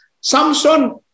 Samson